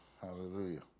Hallelujah